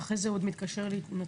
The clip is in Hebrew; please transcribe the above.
ואחרי זה הוא עוד מתקשר להתנצל,